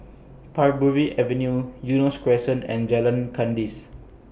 Parbury Avenue Eunos Crescent and Jalan Kandis